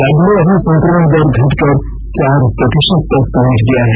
राज्य में अभी संक्रमण दर घटकर चार प्रतिशत तक पहुंच गया है